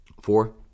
Four